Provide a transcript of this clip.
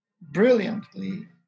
brilliantly